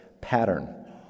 pattern